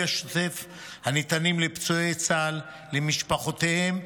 השוטף הניתנים לפצועי צה"ל ומשפחותיהם,